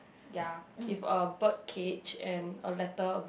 ya with a bird cage and a letter